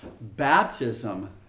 baptism